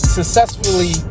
Successfully